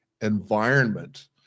environment